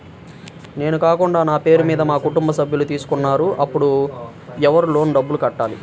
నేను కాకుండా నా పేరు మీద మా కుటుంబ సభ్యులు తీసుకున్నారు అప్పుడు ఎవరు లోన్ డబ్బులు కట్టాలి?